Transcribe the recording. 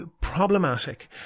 problematic